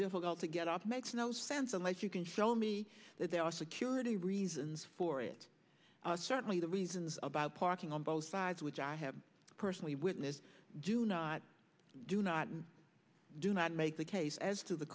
difficult to get off makes no sense unless you can show me that there are security reasons for it certainly the reasons about parking on both sides which i have personally witnessed do not do not and do not make the case as to the